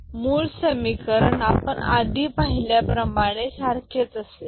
मूळ समीकरण आपण आधी पाहिल्याप्रमाणे सारखेच असतील